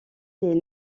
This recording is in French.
les